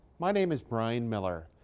my name is brian miller,